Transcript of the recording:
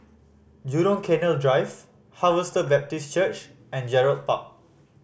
Jurong Canal Drive Harvester Baptist Church and Gerald Park